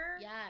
Yes